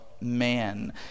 man